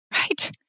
right